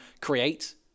create